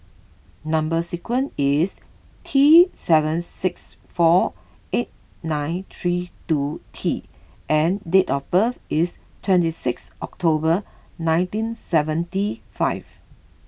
Number Sequence is T seven six four eight nine three two T and date of birth is twenty six October nineteen seventy five